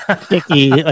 sticky